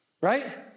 right